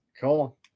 Cool